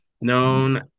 known